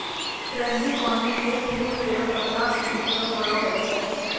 frangipani क फूल केरो पत्ता सिनी थोरो बड़ो होय छै